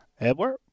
Edward